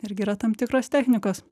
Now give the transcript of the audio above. irgi yra tam tikros technikos